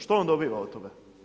Što on dobiva od toga?